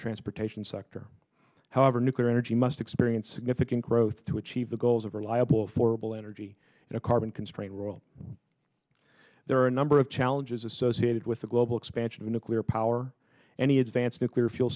transportation sector however nuclear energy must experience significant growth to achieve the goals of reliable for evil energy in a carbon constrained world there are a number of challenges associated with the global expansion of nuclear power any advanced nuclear fuel